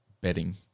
betting